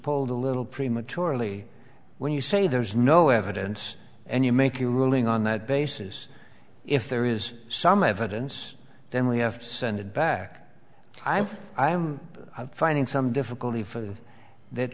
pulled a little prematurely when you say there is no evidence and you make a ruling on that basis if there is some evidence then we have to send it back i'm i'm finding some difficulty for that